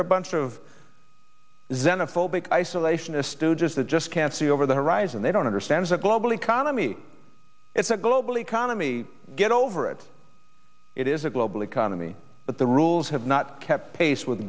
they're bunch of xenophobic isolationist stooges that just can't see over the horizon they don't understand the global economy it's a global economy get over it it is a global economy but the rules have not kept pace with